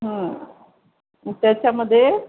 त्याच्यामध्ये